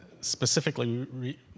specifically